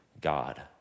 God